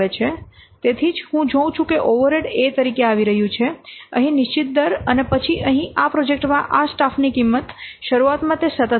તેથી તેથી જ હું જોઉ છું કે ઓવરહેડ A તરીકેઆવી રહ્યું છે અહીં નિશ્ચિત દર અને પછી અહીં આ પ્રોજેક્ટમાં આ સ્ટાફની કિંમત શરૂઆતમાં તે સતત હતી